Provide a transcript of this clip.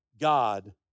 God